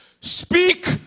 speak